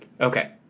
Okay